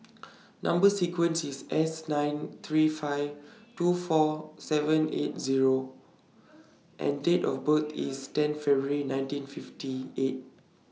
Number sequence IS S nine three five two four seven eight Zero and Date of birth IS ten February nineteen fifty eight